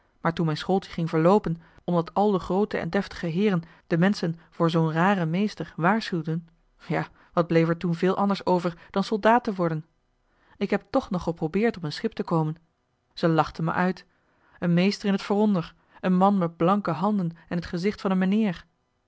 maar toen m'n schooltje ging verloopen omdat al de groote en deftige heeren de menschen voor zoo'n raren meester waarschuwden ja wat bleef er toen veel anders over dan soldaat te worden ik heb tch nog joh h been paddeltje de scheepsjongen van michiel de ruijter geprobeerd op een schip te komen ze lachten me uit een meester in het vooronder een man met blanke handen en het gezicht van een meneer